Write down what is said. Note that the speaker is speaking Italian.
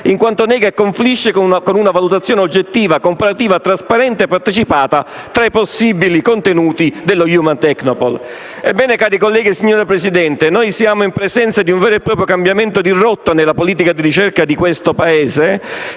in quanto nega e confligge con una valutazione oggettiva, comparativa, trasparente e partecipata tra i possibili contenuti dello Human Technopole. Cari colleghi, signora Presidente, siamo in presenza di un vero e proprio cambiamento di rotta nella politica di ricerca di questo Paese.